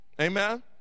Amen